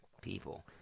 People